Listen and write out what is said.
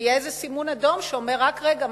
שיהיה איזה סימון אדום שאומר: רק רגע,